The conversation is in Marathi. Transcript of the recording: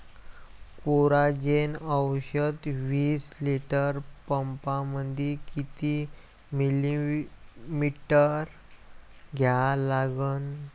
कोराजेन औषध विस लिटर पंपामंदी किती मिलीमिटर घ्या लागन?